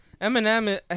Eminem